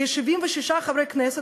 76 חברי כנסת,